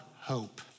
hope